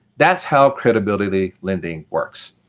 that's how credibility-lending works.